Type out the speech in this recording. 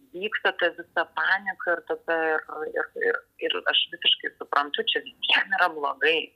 vyksta ta visa panieka ir ta ta ir ir ir ir aš visiškai suprantu čia kitiem yra blogai